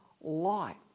light